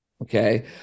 Okay